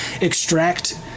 extract